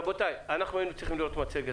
רבותיי, אנחנו היינו צריכים לראות מצגת